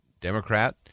Democrat